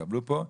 שהתקבלו פה.